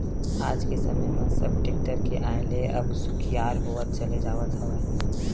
आज के समे म सब टेक्टर के आय ले अब सुखियार होवत चले जावत हवय